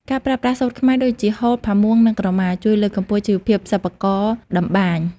ការប្រើប្រាស់សូត្រខ្មែរដូចជា ហូល ផាមួង និងក្រមា ជួយលើកកម្ពស់ជីវភាពសិប្បករតម្បាញ។